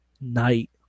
night